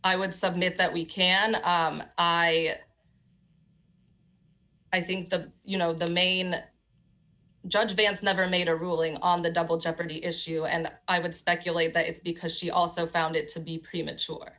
i would submit that we can i i think the you know the main judge they have never made a ruling on the double jeopardy issue and i would speculate that it's because she also found it to be premature